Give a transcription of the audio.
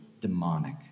demonic